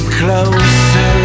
closer